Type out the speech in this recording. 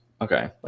Okay